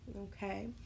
okay